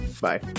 Bye